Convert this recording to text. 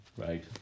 Right